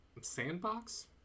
sandbox